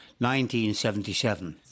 1977